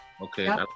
Okay